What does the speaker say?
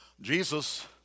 Jesus